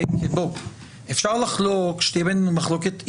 אפשר לחלוק שתהיה בינינו מחלוקת אידיאולוגית,